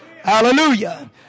Hallelujah